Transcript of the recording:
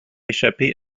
échapper